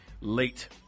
late